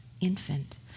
infant